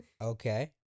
Okay